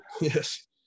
Yes